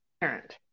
parent